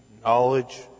knowledge